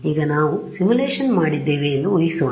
ಈಗ ನಾವು ಸಿಮ್ಯುಲೇಶನ್ ಮಾಡಿದ್ದೇವೆ ಎಂದು ಊಹಿಸೋಣ